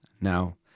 Now